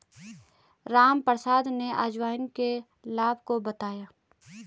रामप्रसाद ने अजवाइन के लाभ को बताया